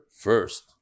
first